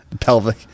pelvic